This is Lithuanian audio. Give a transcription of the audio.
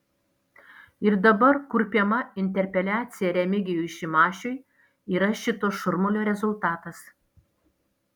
ir dabar kurpiama interpeliacija remigijui šimašiui yra šito šurmulio rezultatas